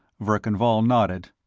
verkan vall nodded.